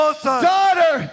daughter